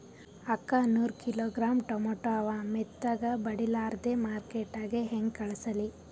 ಅಕ್ಕಾ ನೂರ kilogram tomato ಅವ, ಮೆತ್ತಗಬಡಿಲಾರ್ದೆ ಮಾರ್ಕಿಟಗೆ ಹೆಂಗ ಕಳಸಲಿ?